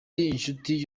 inshuti